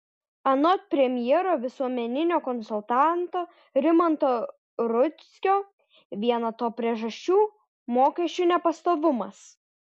anot premjero visuomeninio konsultanto rimanto rudzkio viena to priežasčių mokesčių nepastovumas